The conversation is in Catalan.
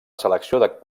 selecció